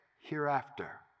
hereafter